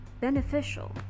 beneficial